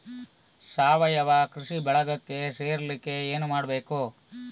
ಸಾವಯವ ಕೃಷಿ ಬಳಗಕ್ಕೆ ಸೇರ್ಲಿಕ್ಕೆ ಏನು ಮಾಡ್ಬೇಕು?